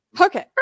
Okay